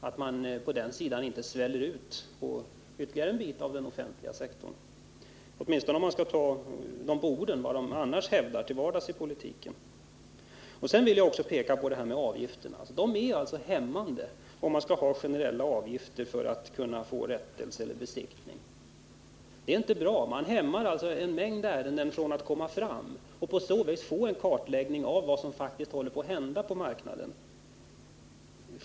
Om man skall ta dem på orden och tro vad de hävdar till vardags i politiken, så borde de vara tacksamma för att den offentliga sektorn inte här sväller ut ytterligare en bit. Jag vill också peka på avgifterna. Det verkar hämmande, om det skall vara förenat med generella avgifter att få rättelse eller att få till stånd en besiktning. Det blir så att en rad ärenden inte alls kommer fram, och det hindrar en kartläggning av vad som faktiskt håller på att hända på marknaden.